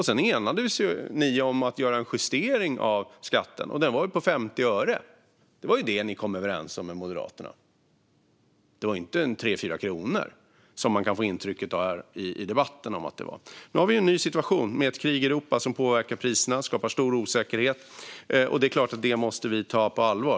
Sedan enades ni om att göra en justering av skatten, och den var på 50 öre. Det var det ni kom överens om med Moderaterna. Det var inte 3-4 kronor, som man kan få intryck av här i debatten. Nu har vi en ny situation med ett krig i Europa som påverkar priserna och skapar stor osäkerhet. Det måste vi förstås ta på allvar.